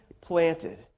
planted